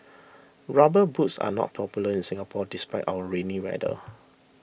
rubber boots are not popular in Singapore despite our rainy weather